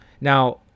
now